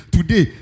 Today